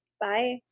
Bye